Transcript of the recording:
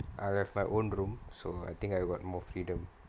I have my own room so I think I got more freedom